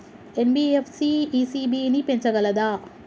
NBFC ECB ని పెంచగలదా?